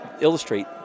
illustrate